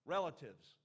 Relatives